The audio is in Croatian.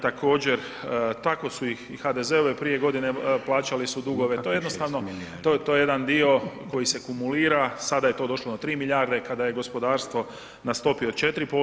Također tako su ih i HDZ-ove prije godine plaćali su dugove, to je jednostavno, to je jedan dio koji se akumulira, sada je to došlo na 3 milijarde, kada je gospodarstvo na stopi od 4%